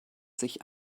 sich